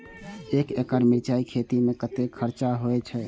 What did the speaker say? एक एकड़ मिरचाय के खेती में कतेक खर्च होय छै?